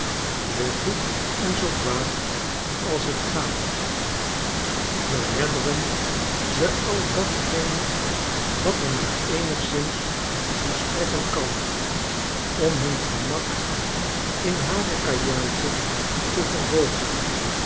zoo goed en zoo kwaad als het gaat beredderen ze al datgene wat er maar eenigszins toe strekken kan om hun gemak in hare kajuiten te verhoogen